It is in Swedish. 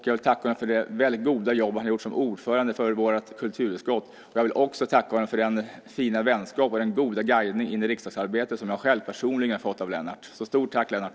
Jag vill tacka honom för det goda jobb han har gjort som ordförande för vårt kulturutskott. Jag vill också tacka honom för den fina vänskap och den goda guidning in i riksdagsarbetet som jag själv personligen har fått av Lennart. Stort tack, Lennart!